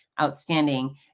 outstanding